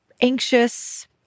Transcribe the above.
anxious